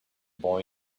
boy